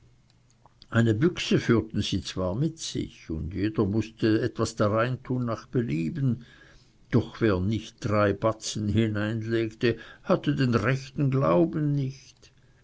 eine büchse führten sie zwar mit sich und jeder mußte etwas darein tun nach belieben doch wer nicht drei batzen hineinlegte hatte den rechten glauben nicht